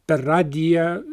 per radiją